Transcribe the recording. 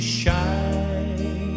shine